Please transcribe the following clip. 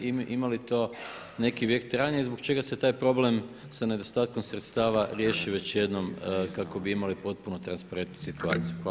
Ima li to neki vijek trajanja i zbog čega se taj problem sa nedostatkom sredstava riješi već jednom kako bi imali potpuno transparentnu situaciju.